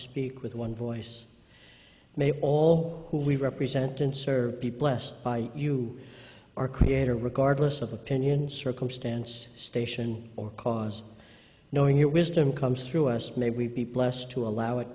speak with one voice made all who we represent and serve be blessed by you our creator regardless of opinion circumstance station or cause knowing your wisdom comes through us may we be blessed to allow it